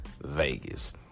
Vegas